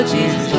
Jesus